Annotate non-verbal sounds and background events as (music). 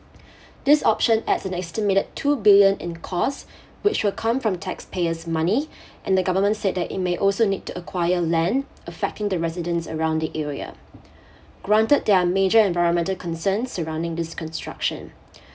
(breath) this option at an estimated two billion in cost (breath) which will come from taxpayers' money (breath) and the government said that it may also need to acquire land affecting the residents around the area (breath) granted there are major environmental concerns surrounding this construction (breath)